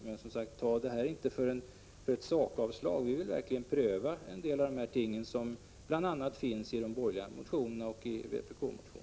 Men, som sagt, ta inte detta för ett avslag i sak! Vi vill verkligen pröva en del av de ting som förs fram bl.a. i de borgerliga motionerna och i vpk-motionen.